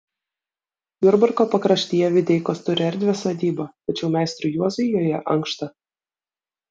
jurbarko pakraštyje videikos turi erdvią sodybą tačiau meistrui juozui joje ankšta